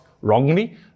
wrongly